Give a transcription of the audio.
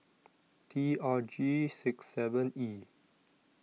T R G six seven E